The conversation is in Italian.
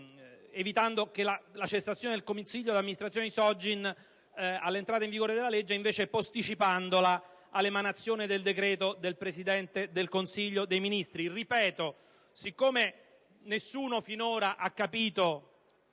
evitando la cessazione del consiglio di amministrazione di Sogin all'entrata in vigore della legge, posticipandola invece all'emanazione del decreto del Presidente del Consiglio dei ministri. Poiché nessuno finora ha capito,